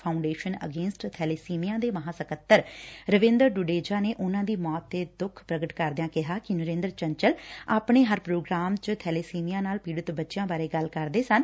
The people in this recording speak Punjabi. ਫਾਊਡੇਸ਼ਨ ਅਗੇਸਟ ਬੈਲੇਸੀਮੀਆ ਦੇ ਮਹਾਂ ਸਕੱਤਰ ਰਵਿੰਦਰ ਡਡੇਜਾ ਨੇ ੳਨਾਂ ਦੀ ਮੌਤ ਤੇ ਦੱਖ ਪਗਟ ਕਰਦਿਆਂ ਕਿਹਾ ਕਿ ਨਰੇਂਦਰ ਚੰਚਲ ਆਪਣੇ ਹਰ ਪ੍ਰੋਗਰਾਮ ਚ ਬੈਲੇਸੀਮੀਆ ਨਾਲ ਪੀਤਤ ਬੱਚਿਆਂ ਬਾਰੇ ਗੱਲ ਕਰਦੇ ਸਨ